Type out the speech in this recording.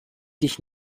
dich